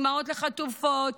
אימהות החטופות,